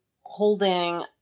holding